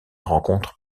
rencontre